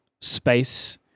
space